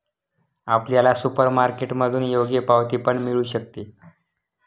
आपल्याला सुपरमार्केटमधून योग्य पावती पण मिळू शकते